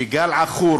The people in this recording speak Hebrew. שגל עכור